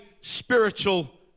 spiritual